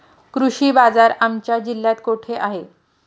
कृषी बाजार आमच्या जिल्ह्यात कुठे आहे?